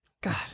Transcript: God